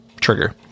trigger